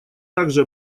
также